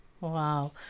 wow